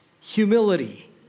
humility